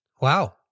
Wow